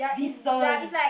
decent